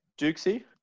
Dukesy